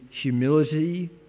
humility